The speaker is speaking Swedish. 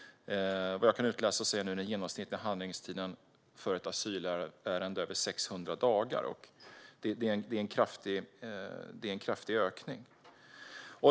Vad jag kan utläsa är den genomsnittliga handläggningstiden för ett asylärende över 600 dagar. Det är en kraftig ökning.